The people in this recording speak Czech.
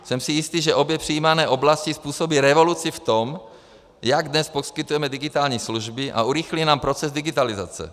Jsem si jistý, že obě přijímané oblasti způsobí revoluci v tom, jak dnes poskytujeme digitální služby, a urychlí nám proces digitalizace.